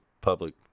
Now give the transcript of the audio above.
public